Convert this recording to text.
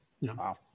Wow